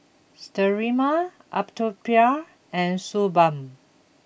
Sterimar Atopiclair and Suu Balm